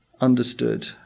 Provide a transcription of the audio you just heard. understood